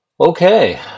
Okay